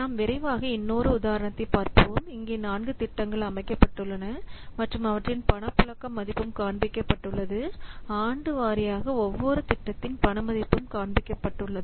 நாம் விரைவாக இன்னொரு உதாரணத்தைப் பார்ப்போம் இங்கே நான்கு திட்டங்கள் அமைக்கப்பட்டுள்ளன மற்றும் அவற்றின் பணப்புழக்கம் மதிப்பும் காண்பிக்கப்பட்டுள்ளது ஆண்டு வாரியாக ஒவ்வொரு திட்டத்தின் பண மதிப்பும் காண்பிக்கப்பட்டுள்ளது